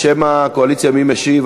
בשם הקואליציה מי משיב?